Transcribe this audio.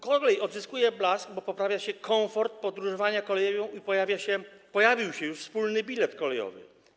Kolej odzyskuje blask, bo poprawia się komfort podróżowania koleją i pojawił się już wspólny bilet kolejowy.